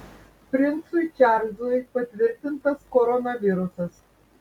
princui čarlzui patvirtintas koronavirusas